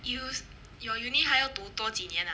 use your uni~ 还要读多几年 ah